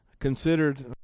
considered